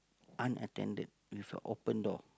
unattended with a open door